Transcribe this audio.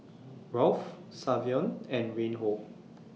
Rolf Savion and Reinhold